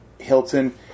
Hilton